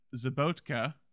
Zabotka